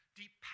deep